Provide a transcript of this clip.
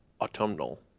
autumnal